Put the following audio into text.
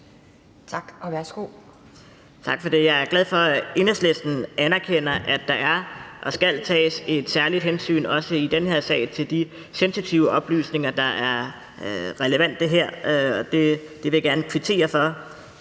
Tak for det. Jeg er glad for, at Enhedslisten anerkender, at der er og skal tages et særligt hensyn – også i den her sag – til de sensitive oplysninger, der er relevante her. Det vil jeg gerne kvittere for.